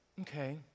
okay